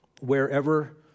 wherever